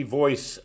voice